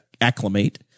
acclimate